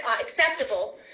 acceptable